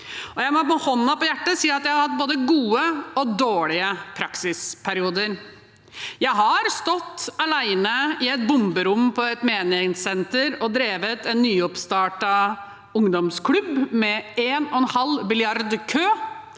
Jeg må med hånden på hjertet si at jeg har hatt både gode og dårlige praksisperioder. Jeg har stått alene i et bomberom på et menighetssenter og drevet en nyoppstartet ungdomsklubb med én og en